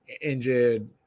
injured